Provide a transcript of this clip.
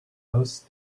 those